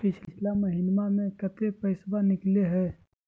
पिछला महिना मे कते पैसबा निकले हैं?